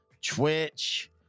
twitch